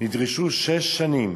נדרשו שש שנים